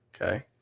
okay